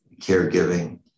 caregiving